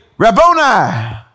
Rabboni